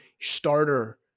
starter